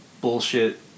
bullshit